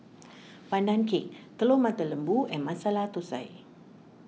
Pandan Cake Telur Mata Lembu and Masala Thosai